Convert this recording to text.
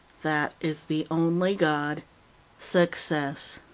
that is the only god success.